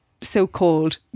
so-called